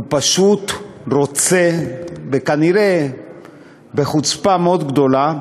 הוא פשוט רוצה, וכנראה בחוצפה מאוד גדולה,